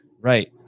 Right